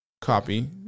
copy